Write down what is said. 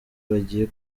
bagiye